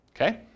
Okay